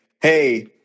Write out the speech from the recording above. hey